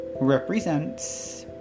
represents